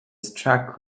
struck